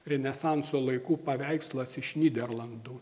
renesanso laikų paveikslas iš nyderlandų